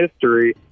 history